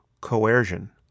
coercion